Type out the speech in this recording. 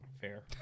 fair